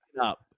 up